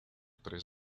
tres